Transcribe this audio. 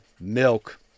milk